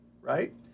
right